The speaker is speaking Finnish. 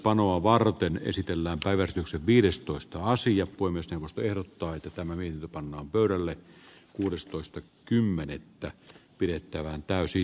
minä toivon että myöskin hallituksen esitys tänne tulee niin että tämä virka pannaan pöydälle kuudestoista kymmenettä pidettävään täysi